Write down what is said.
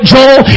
Joel